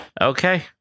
okay